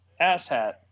asshat